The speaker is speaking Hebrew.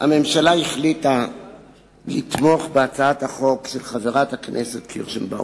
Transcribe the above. הממשלה החליטה לתמוך בהצעת החוק של חברת הכנסת קירשנבאום.